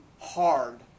hard